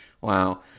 wow